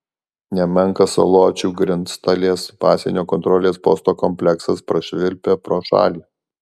nemenkas saločių grenctalės pasienio kontrolės posto kompleksas prašvilpia pro šalį